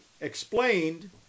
explained